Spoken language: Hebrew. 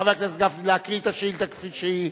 חבר הכנסת גפני, להקריא את השאילתא כפי שהיא.